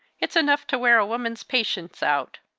it's enough to wear a woman's patience out!